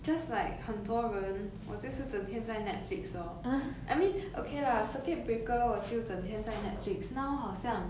just like 很多人我就是整天在 netflix lor I mean okay lah circuit breaker 我就整天在 netflix now 好像